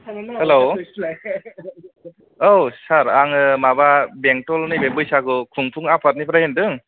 hello औ सार आङो माबा बेंटल नैबे बैसागु खुंफुं आफादनिफ्राय होनदों